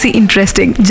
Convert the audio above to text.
interesting